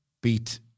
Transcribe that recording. beat